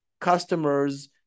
customers